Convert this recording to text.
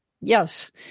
Yes